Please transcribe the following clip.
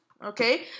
okay